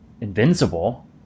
invincible